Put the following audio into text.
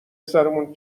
سرمون